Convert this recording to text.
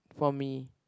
for me